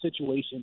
situation